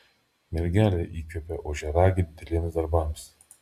mergelė įkvepia ožiaragį dideliems darbams